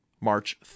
March